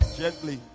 gently